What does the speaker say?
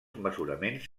mesuraments